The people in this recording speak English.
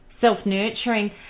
self-nurturing